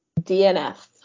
DNF